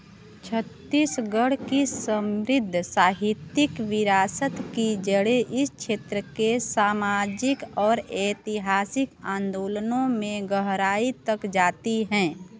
छत्तीसगढ़ की समृद्ध साहित्यिक विरासत की जड़ें इस क्षेत्र के सामाजिक और ऐतिहासिक आंदोलनों में गहराई तक जाती हैं